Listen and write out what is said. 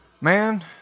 man